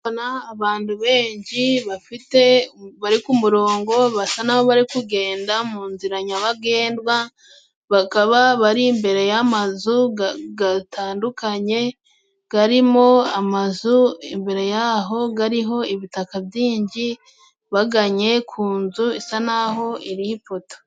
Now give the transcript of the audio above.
Ndahabona bantu benshi bafite bari ku murongo basa naho bari kugenda mu nzira nyabagendwa, bakaba bari imbere y'amazu gatandukanye garimo amazu, imbere yaho gariho ibitaka byinshi, baganye ku nzu isa naho iriho ipoto.